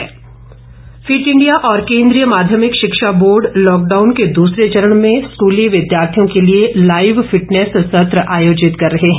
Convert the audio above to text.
सरकार fitness fit India और केन्द्रीय माध्यमिक शिक्षा बोर्ड लॉकडाउन के दूसरे चरण में स्कूली विद्यार्थियों के लिए लाइव फिटनेस सत्र आयोजित कर रहे हैं